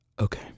Okay